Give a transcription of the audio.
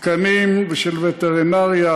תקנים של וטרינריה,